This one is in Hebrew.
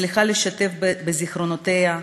מצליחה לשתף בזיכרונותיה,